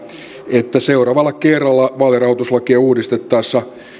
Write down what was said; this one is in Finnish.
että seuraavalla kerralla vaalirahoituslakia uudistettaessa